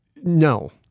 No